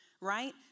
Right